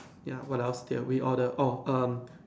ya what else did we order orh um